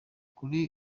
kuri